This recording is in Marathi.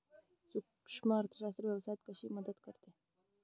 सूक्ष्म अर्थशास्त्र व्यवसायात कशी मदत करते?